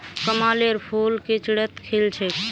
कमलेर फूल किचड़त खिल छेक